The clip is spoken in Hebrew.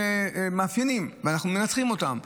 מאפיינים ואנחנו מנתחים אותם.